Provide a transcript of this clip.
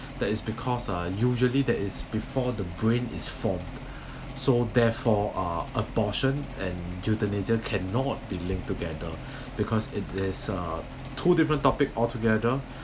that is because uh usually that is before the brain is formed so therefore uh abortion and euthanasia cannot be linked together because it this uh two different topic altogether